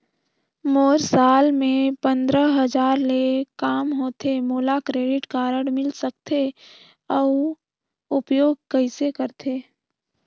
मोर साल मे पंद्रह हजार ले काम होथे मोला क्रेडिट कारड मिल सकथे? अउ उपयोग कइसे करथे?